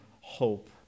hope